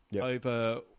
over